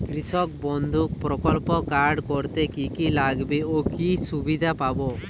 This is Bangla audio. কৃষক বন্ধু প্রকল্প কার্ড করতে কি কি লাগবে ও কি সুবিধা পাব?